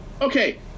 Okay